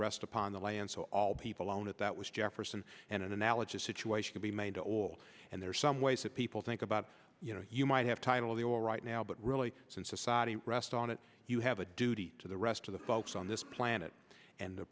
rest upon the land so all people own it that was jefferson and an analogy a situation can be made to all and there are some ways that people think about you know you might have title the or right now but really since society rests on it you have a duty to the rest of the folks on this planet and the